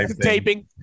taping